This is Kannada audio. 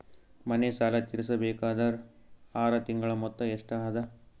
ಮನೆ ಸಾಲ ತೀರಸಬೇಕಾದರ್ ಆರ ತಿಂಗಳ ಮೊತ್ತ ಎಷ್ಟ ಅದ?